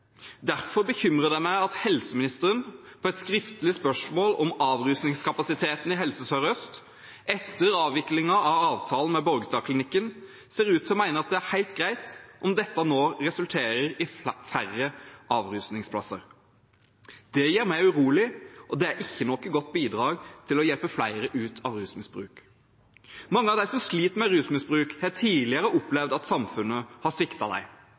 Derfor bekymrer det meg at helseministeren på et skriftlig spørsmål om avrusningskapasiteten i Helse Sør-Øst etter avviklingen av avtalen med Borgestadklinikken ser ut til å mene at det er helt greit om dette nå resulterer i færre avrusningsplasser. Det gjør meg urolig, og det er ikke noe godt bidrag til å hjelpe flere ut av rusmisbruk. Mange av dem som sliter med rusmisbruk, har tidligere opplevd at samfunnet har